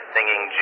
Singing